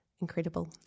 incredible